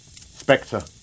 Spectre